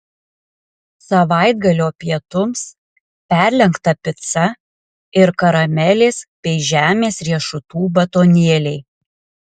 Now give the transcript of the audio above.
savaitgalio pietums perlenkta pica ir karamelės bei žemės riešutų batonėliai